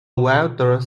wider